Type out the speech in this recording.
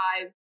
five